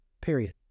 period